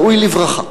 ראוי לברכה.